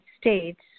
States